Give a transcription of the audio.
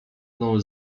mną